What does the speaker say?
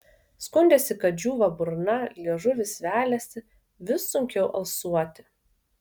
skundėsi kad džiūva burna liežuvis veliasi vis sunkiau alsuoti